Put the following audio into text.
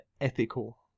ethical